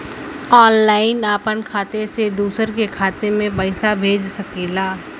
online आपन खाते से दूसर के खाते मे पइसा भेज सकेला